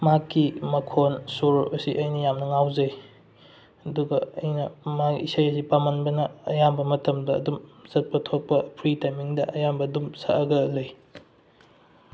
ꯃꯍꯥꯛꯀꯤ ꯃꯈꯣꯜ ꯁꯨꯔ ꯑꯁꯤ ꯑꯩꯅ ꯌꯥꯝꯅ ꯉꯥꯎꯖꯩ ꯑꯗꯨꯒ ꯑꯩꯅ ꯃꯥꯒꯤ ꯏꯁꯩꯁꯤ ꯄꯥꯝꯃꯟꯕꯅ ꯑꯌꯥꯝꯕ ꯃꯇꯝꯗ ꯑꯗꯨꯝ ꯆꯠꯄ ꯊꯣꯛꯄ ꯐ꯭ꯔꯤ ꯇꯥꯏꯃꯤꯡꯗ ꯑꯌꯥꯝꯕ ꯑꯗꯨꯝ ꯁꯛꯑꯒ ꯂꯩ